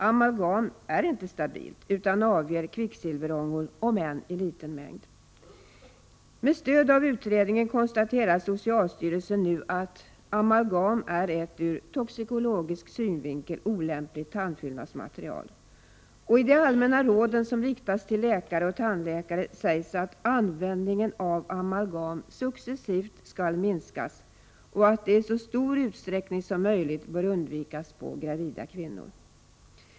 Amalgam är inte stabilt utan avger kvicksilverångor om än i liten mängd. Med stöd av utredningen konstaterar socialstyrelsen nu att amalgam är ett ur toxokologisk synvinkel olämpligt tandfyllnadsmaterial, och i de allmänna råden som riktas till läkare och tandläkare sägs att användningen av amalgam successivt skall minskas och att det i så stor utsträckning som möjligt bör undvikas på gravida kvinnor.